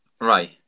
Right